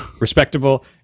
respectable